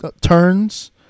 turns